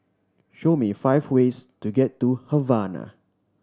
show me five ways to get to Havana